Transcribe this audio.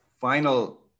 final